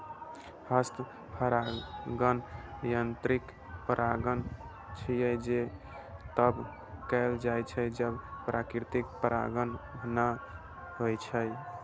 हस्त परागण यांत्रिक परागण छियै, जे तब कैल जाइ छै, जब प्राकृतिक परागण नै होइ छै